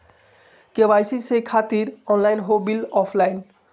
KYC से खातिर online हो बिल ऑफलाइन?